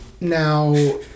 Now